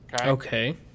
Okay